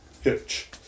hitch